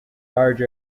large